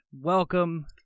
Welcome